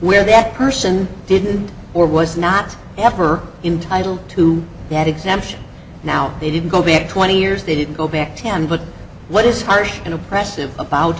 where that person didn't or was not ever entitle to that exemption now they didn't go back twenty years they didn't go back to them but what is harsh and oppressive about